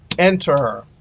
enter,